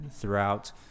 throughout